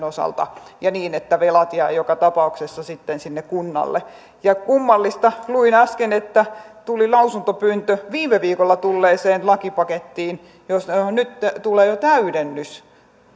osalta ja niin että velat jäävät joka tapauksessa sitten sinne kunnalle ja kummallista luin äsken että tuli lausuntopyyntö viime viikolla tulleeseen lakipakettiin johon nyt jo tulee täydennys